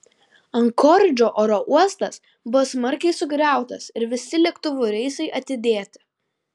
ankoridžo oro uostas buvo smarkiai sugriautas ir visi lėktuvų reisai atidėti